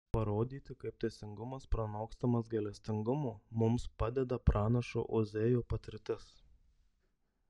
parodyti kaip teisingumas pranokstamas gailestingumo mums padeda pranašo ozėjo patirtis